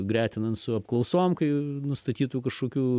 gretinant su apklausom kai nustatytų kašokių